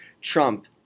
trump